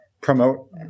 promote